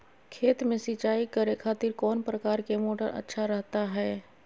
खेत में सिंचाई करे खातिर कौन प्रकार के मोटर अच्छा रहता हय?